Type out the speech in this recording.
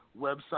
website